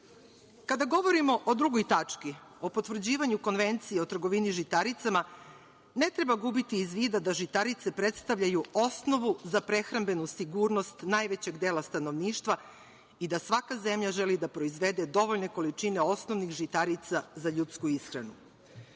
dođe. Kada govorimo o drugoj tački, o potvrđivanju Konvencije o trgovini žitaricama, ne treba gubiti iz vida da žitarice predstavljaju osnovu za prehrambenu sigurnost najvećeg dela stanovništva i da svaka zemlja želi da proizvede dovoljne količine osnovnih žitarica za ljudsku ishranu. Da